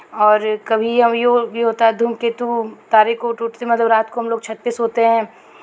और कभी भी होता है धूमकेतु तारे को टूटते मतलब रात को हमलोग छत पर सोते हैं